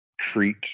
treat